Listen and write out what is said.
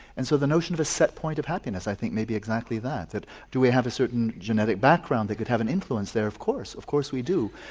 and so the notion of a set point of happiness i think might be exactly that, do we have a certain genetic background that could have an influence there? of course of course we do,